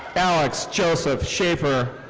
alex joseph shaffer.